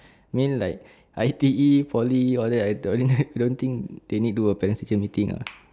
mean like I_T_E poly all that I don't I don't think they need do a parents teacher meeting uh